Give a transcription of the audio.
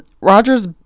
roger's